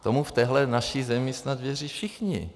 Tomu v téhle naší zemi snad věří všichni.